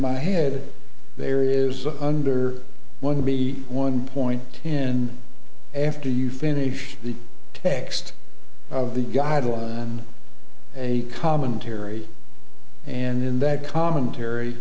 my head there is under what would be one point in after you finish the text of the guidelines a commentary in that commentary